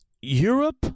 Europe